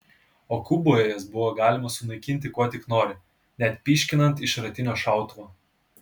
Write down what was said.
o kuboje jas buvo galima sunaikinti kuo tik nori net pyškinant iš šratinio šautuvo